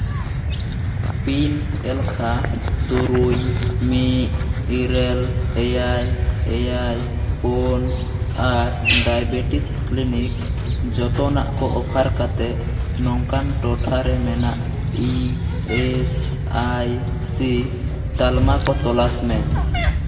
pin ᱮᱞᱠᱷᱟ ᱛᱩᱨᱩᱭ ᱢᱤᱫ ᱤᱨᱟᱹᱞ ᱮᱭᱟᱭ ᱮᱭᱟᱭ ᱯᱳᱱ ᱟᱨ ᱰᱟᱭᱵᱮᱴᱤᱥ ᱠᱞᱮᱱᱤᱠ ᱡᱚᱛᱱᱟᱜ ᱠᱚ ᱚᱯᱷᱟᱨ ᱠᱟᱛᱮᱫ ᱱᱚᱝᱠᱟᱱ ᱴᱚᱴᱷᱟᱨᱮ ᱢᱮᱱᱟᱜ ᱤ ᱮᱥ ᱟᱭ ᱥᱤ ᱛᱟᱞᱢᱟ ᱠᱚ ᱛᱚᱞᱟᱥ ᱢᱮ